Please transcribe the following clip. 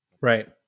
Right